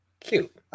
cute